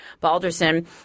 Balderson